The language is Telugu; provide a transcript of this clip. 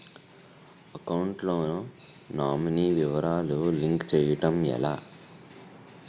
అకౌంట్ లో నామినీ వివరాలు లింక్ చేయటం ఎలా?